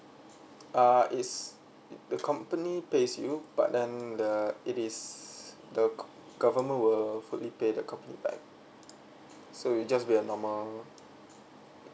uh it's the company pays you but then it is the government will fully pay the company back so you just be a normal